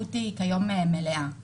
וההיערכות היא מלאה היום.